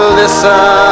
listen